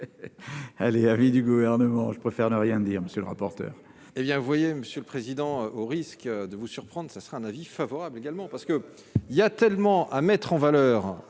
Elle est vie du gouvernement, je préfère ne rien dire, monsieur le rapporteur. Eh bien, vous voyez, Monsieur le Président, au risque de vous surprendre, ce sera un avis favorable également parce que il y a tellement à mettre en valeur